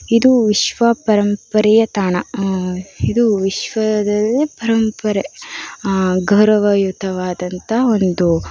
ಇದು ವಿಶ್ವ ಪರಂಪರೆಯ ತಾಣ ಇದು ವಿಶ್ವದಲ್ಲಿ ಪರಂಪರೆ ಗೌರವಯುತವಾದಂಥ ಒಂದು